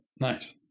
Nice